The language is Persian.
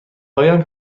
هایم